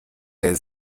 der